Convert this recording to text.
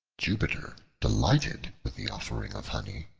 jupiter, delighted with the offering of honey,